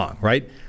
right